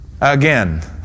Again